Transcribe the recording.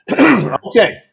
okay